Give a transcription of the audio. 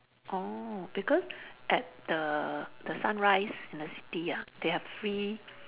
oh because at the the sunrise and the city ah they have free